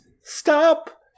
stop